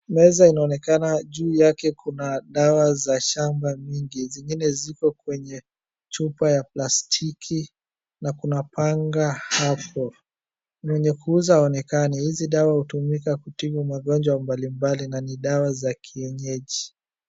Meza inaonekana juu yake kuna dawa za shamba mingi. Zingine zipo kwenye chupa ya plastiki na kuna panga hapo mwenye kuuza haonekani. Hizi dawa hutumika kutibu magonjwa mbalimbali na ni dawa za kienyeji.